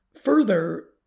Further